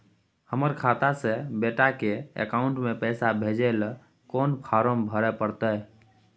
हमर खाता से बेटा के अकाउंट में पैसा भेजै ल कोन फारम भरै परतै?